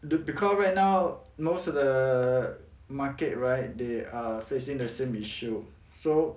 the because right now most of the market right they are facing the same issue so